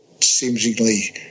seemingly